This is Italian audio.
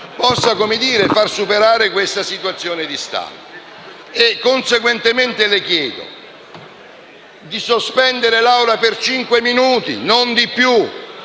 possa far superare questa situazione di stallo. Dunque le chiedo di sospendere la seduta per cinque minuti, non di più: